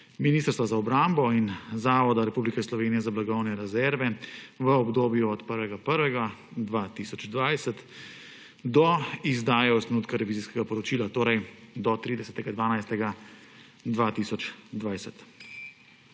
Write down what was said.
Ministrstva za obrambo in Zavoda Republike Slovenije za blagovne rezerve v obdobju od 1. 1. 2020 do izdaje osnutka revizijskega poročil, to je do 30. 12. 2020.